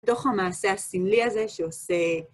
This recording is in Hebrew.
בתוך המעשה הסמלי הזה שעושה.